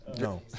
No